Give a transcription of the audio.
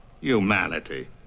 humanity